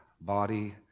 body